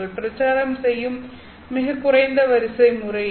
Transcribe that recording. பிரச்சாரம் செய்யும் மிகக் குறைந்த வரிசை முறை எது